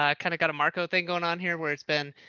ah kind of got a macho thing going on here where it's been,